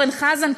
אורן חזן,